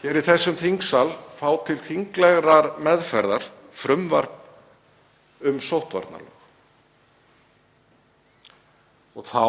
við hér í þessum þingsal fá til þinglegrar meðferðar frumvarp um sóttvarnalög og þá